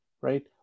right